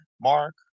Mark